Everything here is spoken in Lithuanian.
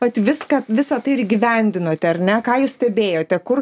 vat viską visa tai ir įgyvendinote ar ne ką jūs stebėjote kur